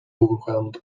overwhelmed